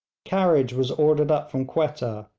carriage was ordered up from quetta,